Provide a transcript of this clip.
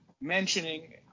mentioning